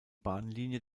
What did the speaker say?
bahnlinie